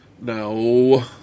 No